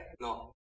no